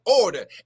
order